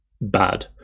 bad